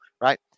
right